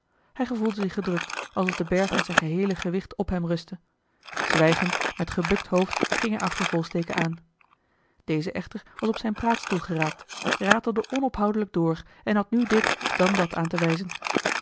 hij gevoelde zich gedrukt alsof de berg met zijn geheele gewicht op hem rustte zwijgend met gebukt hoofd ging hij achter volsteke aan deze echter was op zijn praatstoel geraakt ratelde onophoudelijk door en had nu dit dan dat aan te wijzen